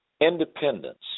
independence